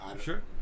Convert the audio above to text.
sure